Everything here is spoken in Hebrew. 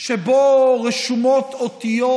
שבו רשומות אותיות